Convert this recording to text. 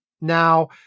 Now